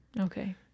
Okay